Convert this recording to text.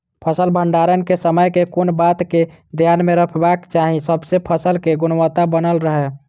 फसल भण्डारण केँ समय केँ कुन बात कऽ ध्यान मे रखबाक चाहि जयसँ फसल केँ गुणवता बनल रहै?